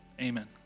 amen